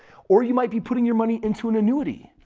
or you might be putting your money into an annuity.